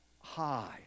high